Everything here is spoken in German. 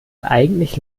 eigentlich